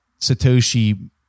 Satoshi